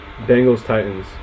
Bengals-Titans